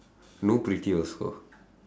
no pretty also